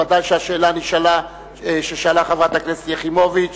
ודאי שהשאלה ששאלה חברת הכנסת יחימוביץ